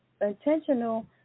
intentional